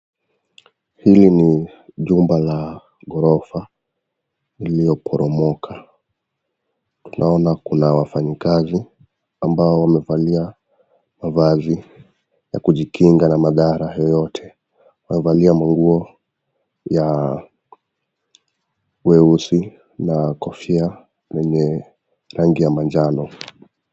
Hili ni jumba la ghorofa lililo poromoka, tunaona kuna wafanyikazi ambao wamevalia mavazi ya kujikinga na madhara yeyote, wamevalia manguo ya mieusi na kofia yenye rangi ya manjano.